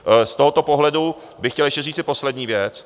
Z tohoto pohledu bych chtěl ještě říci poslední věc.